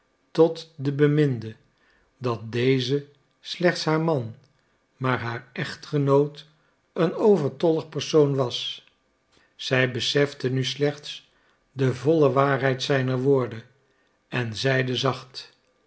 tot den beminde dat deze slechts haar man maar haar echtgenoot een overtollig persoon was zij besefte nu slechts de volle waarheid zijner woorden en zeide zacht